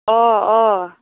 अ अ